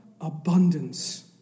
abundance